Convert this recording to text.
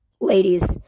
Ladies